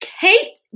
Kate